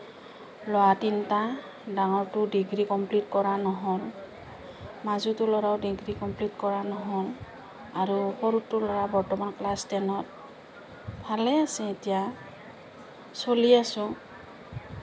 ল'ৰা তিনিটা ডাঙৰটো ডিগ্ৰী কম্প্লিট কৰা নহ'ল মাজুটো ল'ৰাৰো ডিগ্ৰী কম্প্লিট কৰা নহ'ল আৰু সৰুটো ল'ৰা বৰ্তমান ক্লাছ টেনত ভালে আছে এতিয়া চলি আছোঁ